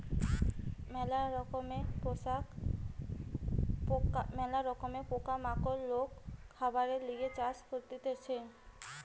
ম্যালা রকমের পোকা মাকড় লোক খাবারের লিগে চাষ করতিছে